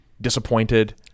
disappointed